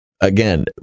again